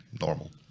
normal